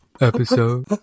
episode